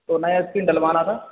तो नया स्क्रीन डलवाना था